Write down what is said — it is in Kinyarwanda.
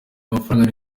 mafaranga